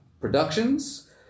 Productions